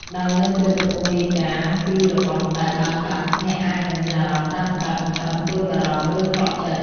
ដោយនៅពេលកំពុងរាយការណ៍ពីរបស់ដែលបានបាត់ អ្នកអាចនឹងមានអារម្មណ៍តានតឹង ខឹង ព្រួយបារម្ភ ឬខកចិត្ត។